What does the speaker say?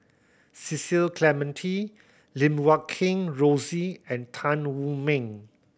Cecil Clementi Lim Guat Kheng Rosie and Tan Wu Meng